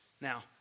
Now